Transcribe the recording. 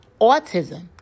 autism